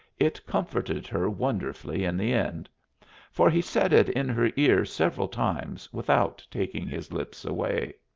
it comforted her wonderfully in the end for he said it in her ear several times without taking his lips away.